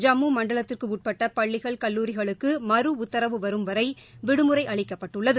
ஜம்மு மண்டலத்திற்குட்பட்ட பள்ளிகள் கல்லுரிகளுக்கு மறு உத்தரவு வரும் வரை விடுமுறை அளிக்கப்பட்டுள்ளது